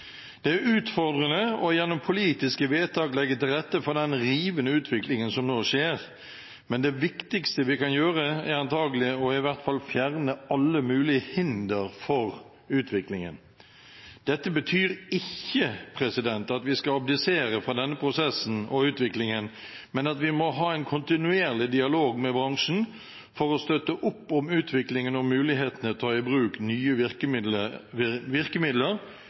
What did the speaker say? Det er utfordrende å gjennom politiske vedtak legge til rette for den rivende utviklingen som nå skjer, men det viktigste vi kan gjøre, er antakelig i hvert fall å fjerne alle mulige hinder for utviklingen. Dette betyr ikke at vi skal abdisere fra denne prosessen og utviklingen, men at vi må ha en kontinuerlig dialog med bransjen for å støtte opp om utviklingen og muligheten til å ta i bruk nye virkemidler, til det beste for publikum. Vi